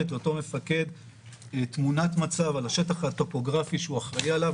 שמייצרת לאותו מפקד תמונת מצב על השטח הטופוגרפי שהוא אחראי עליו.